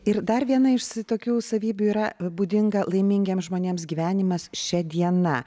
ir dar viena iš tokių savybių yra būdinga laimingiems žmonėms gyvenimas šia diena